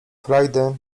frajdy